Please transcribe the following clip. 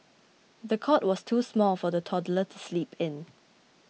the cot was too small for the toddler to sleep in